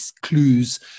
clues